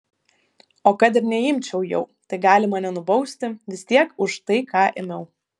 o kad ir neimčiau jau tai gali mane nubausti vis tiek už tai ką ėmiau